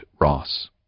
Ross